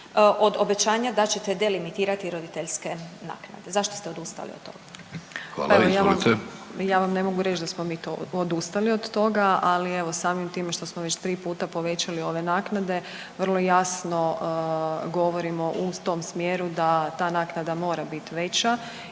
od obećanja da ćete delimitirati roditeljske naknade, zašto ste odustali od toga? **Vidović, Davorko (Nezavisni)** Hvala. Izvolite. **Josić, Željka (HDZ)** Ja vam ne mogu reć da smo mi odustali od toga, ali evo samim time što smo već tri puta povećali ove naknade vrlo jasno govorimo u tom smjeru da ta naknada mora bit veća